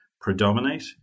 predominate